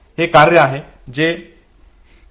हे कार्य आहे जे केले जाते